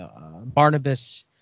Barnabas